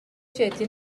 جدی